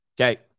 okay